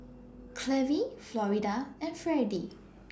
Clevie Florida and Fredie